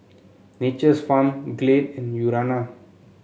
Nature's Farm Glade and Urana